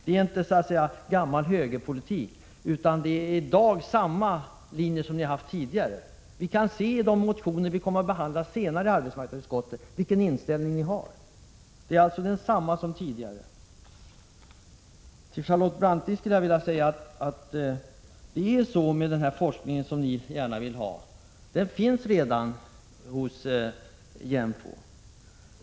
Det är inte gammal högerpolitik, utan moderaterna driver i dag samma linje som de drivit tidigare. Beträffande de motioner som vi kommer att behandla senare i arbetsmarknadsutskottet kan vi se vilken inställning ni har. Den är som sagt densamma som tidigare. Till Charlotte Branting: Den forskning som ni så gärna vill ha finns redan hos JÄMFO.